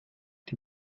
die